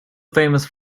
famous